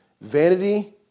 Vanity